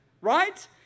right